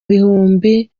bihumbi